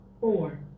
Four